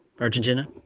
Argentina